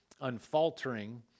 unfaltering